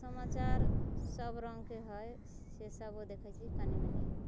समाचार सब रङ्गके हइ से सबो देखैत छी कनी मनी